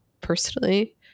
personally